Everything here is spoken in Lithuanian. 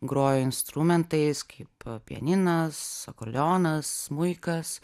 grojo instrumentais kaip pianinas akordeonas smuikas